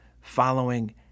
following